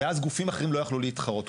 ואז גופים אחרים לא יכלו להתחרות.